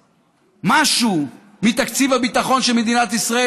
משהו מתקציב הביטחון של מדינת ישראל,